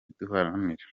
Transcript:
duharanira